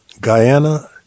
Guyana